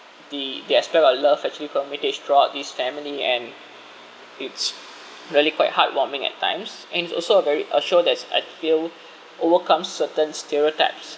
the the aspect of love actually permeates throughout these family and it's really quite heartwarming at times and it's also a very a show that's I feel overcome certain stereotypes